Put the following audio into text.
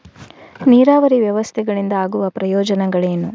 ನೀರಾವರಿ ವ್ಯವಸ್ಥೆಗಳಿಂದ ಆಗುವ ಪ್ರಯೋಜನಗಳೇನು?